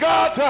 God